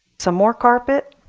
some more carpet,